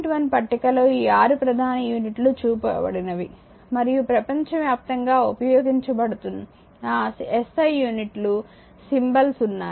1 పట్టికలో ఈ 6 ప్రధాన యూనిట్లు చూపబడినవి మరియు ప్రపంచవ్యాప్తంగా ఉపయోగించబడుతున్న SI యూనిట్లు సింబల్స్ ఉన్నాయి